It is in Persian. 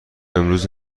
امروز